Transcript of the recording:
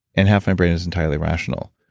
and half my brain is entirely rational.